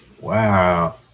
Wow